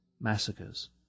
massacres